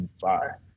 fire